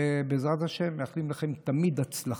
ובעזרת השם, מאחלים לכם תמיד הצלחה.